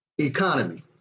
economy